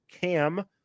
Cam